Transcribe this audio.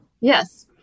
Yes